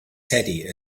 teddy